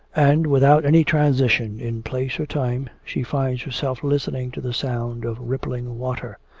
and, without any transition in place or time, she finds herself listening to the sound of rippling water.